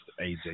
AJ